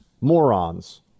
morons